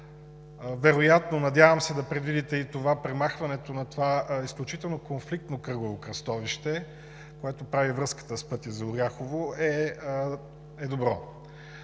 път. Надявам се да предвидите и премахването на това изключително конфликтно кръгово кръстовище, което прави връзката с пътя за Оряхово. Важното